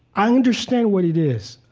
i understand what it is.